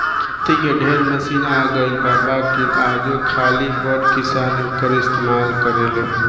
खेती के ढेरे मशीन आ गइल बा बाकिर आजो खाली बड़ किसान एकर इस्तमाल करेले